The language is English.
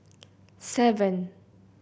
seven